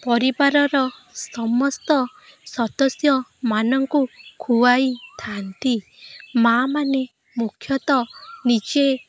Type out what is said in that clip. ପରିବାରର ସମସ୍ତ ସଦସ୍ୟମାନଙ୍କୁ ଖୁଆଇ ଥାଆନ୍ତି ମାଆମାନେ ମୁଖ୍ୟତଃ ନିଜେ